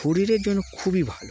শরীরের জন্য খুবই ভালো